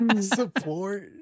Support